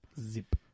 Zip